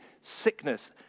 sickness